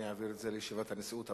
אני אעביר את זה לישיבת הנשיאות הבאה,